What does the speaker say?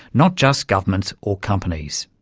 not just governments or companies.